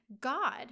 God